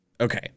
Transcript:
Okay